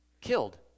killed